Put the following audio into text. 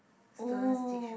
students teach